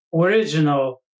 original